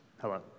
Hello